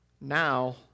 now